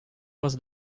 was